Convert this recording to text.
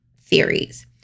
theories